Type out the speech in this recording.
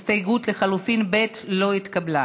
הסתייגות לחלופין ב' לא התקבלה.